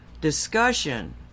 discussion